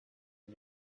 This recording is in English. and